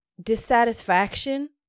dissatisfaction